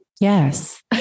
Yes